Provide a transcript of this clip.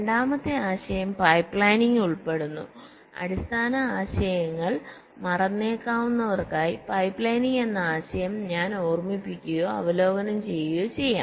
രണ്ടാമത്തെ ആശയം പൈപ്പ്ലൈനിംഗ് ഉൾപ്പെടുന്നു അടിസ്ഥാന ആശയങ്ങൾ മറന്നേക്കാവുന്നവർക്കായി പൈപ്പ്ലൈനിംഗ് എന്ന ആശയം ഞാൻ ഓർമിപ്പിക്കുകയോ അവലോകനം ചെയ്യുകയോ ചെയ്യാം